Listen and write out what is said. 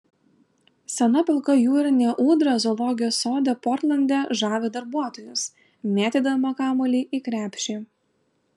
sena pilka jūrinė ūdra zoologijos sode portlande žavi darbuotojus mėtydama kamuolį į krepšį